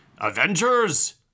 Avengers